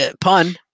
pun